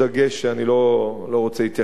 שאני לא רוצה להתייחס אליו,